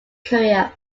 career